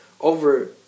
Over